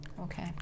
Okay